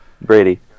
Brady